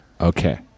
Okay